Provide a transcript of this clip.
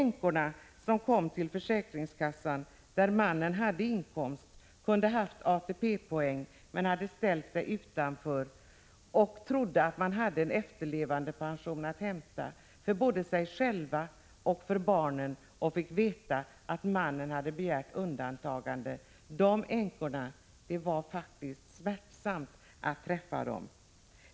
Några änkor till män som hade haft inkomster, som kunde ha haft ATP-poäng, men som hade ställt sig utanför ATP-systemet, trodde när de kom till försäkringskassan att de hade efterlevandepension att hämta för både barnen och sig själva, men fick först då veta att mannen hade begärt undantag — det var faktiskt smärtsamt att träffa dessa änkor.